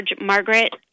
Margaret